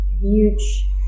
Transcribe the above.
huge